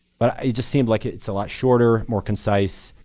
but it just seemed like it's a lot shorter, more concise,